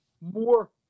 more